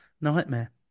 nightmare